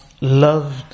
loved